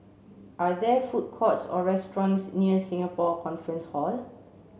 are there food courts or restaurants near Singapore Conference Hall